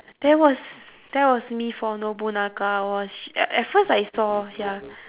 that was that was me for nobunaga I was sh~ a~ at first I saw ya